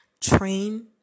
train